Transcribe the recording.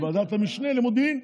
בוועדת המשנה למודיעין.